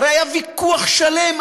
הרי היה ויכוח שלם,